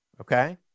Okay